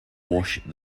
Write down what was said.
wash